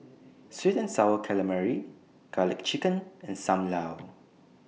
Sweet and Sour Calamari Garlic Chicken and SAM Lau